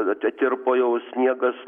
atitirpo jau sniegas